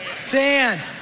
Sand